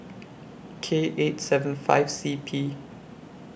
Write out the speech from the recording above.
K eight seven five C P